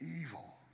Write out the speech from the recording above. evil